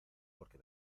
porque